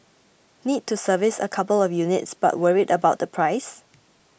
need to service a couple of units but worried about the price